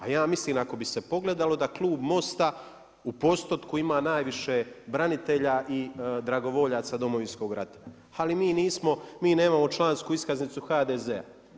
A ja mislim ako bi se pogledalo da klub MOST-a u postotku ima najviše branitelja i dragovoljaca Domovinskog rata ali mi nismo, mi nemamo člansku iskaznicu HDZ-a.